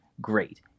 great